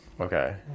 Okay